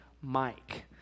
Mike